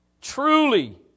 Truly